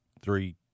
three